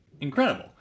incredible